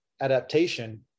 adaptation